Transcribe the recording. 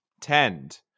tend